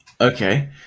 Okay